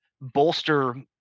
bolster